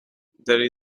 there